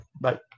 Bye